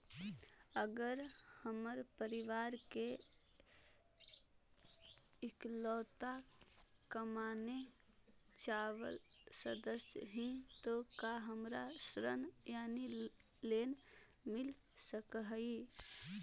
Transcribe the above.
अगर हम परिवार के इकलौता कमाने चावल सदस्य ही तो का हमरा ऋण यानी लोन मिल सक हई?